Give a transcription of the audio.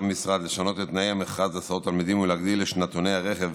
המשרד לשנות את תנאי המכרז להסעות תלמידים ולהגדיל את שנתוני הרכב